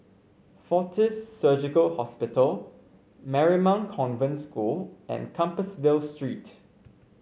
Fortis Surgical Hospital Marymount Convent School and Compassvale Street